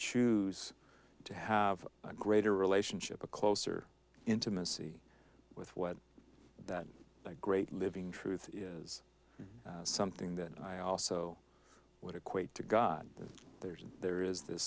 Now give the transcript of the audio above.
choose to have a greater relationship a closer intimacy with what that great living truth is something that i also would equate to god there's there is th